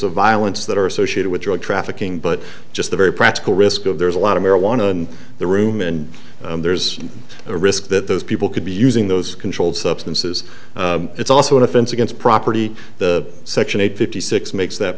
of violence that are associated with drug trafficking but just the very practical risk of there's a lot of marijuana in the room and there's a risk that those people could be using those controlled substances it's also an offense against property the section eight fifty six makes that